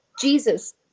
Jesus